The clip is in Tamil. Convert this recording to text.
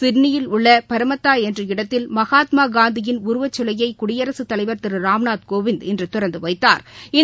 சிட்னியில் உள்ளபரமத்தாஎன்ற இடத்தில் மகாத்மாகாந்தியின் உருவச்சிலையைகுடியரசுதலைவர் திருராம்நாத் கோவிந்த் இன்றுதிறந்துவைத்தாா்